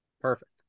Perfect